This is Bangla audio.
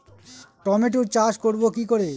টমেটোর চাষ করব কি করে?